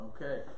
Okay